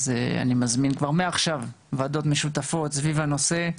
אני מזמין מעכשיו ועדות משותפות סביב הנושא,